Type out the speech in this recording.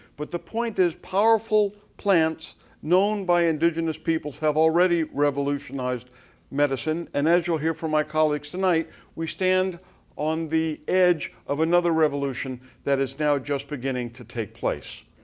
but the point is powerful plants known by indigenous people have already revolutionized medicine. and as you'll hear from my colleagues tonight, we stand on the edge of another revolution that is now just beginning to take place.